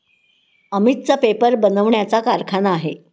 अमितचा पेपर बनवण्याचा कारखाना आहे